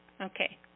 Okay